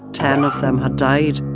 ten of them had died.